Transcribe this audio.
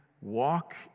Walk